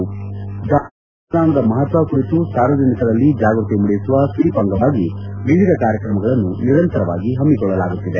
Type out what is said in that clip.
ದಾವಣಗೆರೆ ಜಿಲ್ಲೆಯಲ್ಲಿ ಮತದಾನ ಮಪತ್ವ ಕುರಿತು ಸಾರ್ವಜನಿಕರಲ್ಲಿ ಜಾಗೃತಿ ಮೂಡಿಸುವ ಸ್ವೀಪ್ ಅಂಗವಾಗಿ ವಿವಿಧ ಕಾರ್ಯಕ್ರಮಗಳನ್ನು ನಿರಂತರವಾಗಿ ಹಮ್ಮಿಕೊಳ್ಳಲಾಗುತ್ತಿದೆ